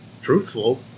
truthful